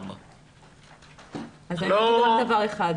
4. אגיד רק דבר אחד.